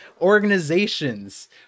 organizations